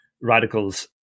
radicals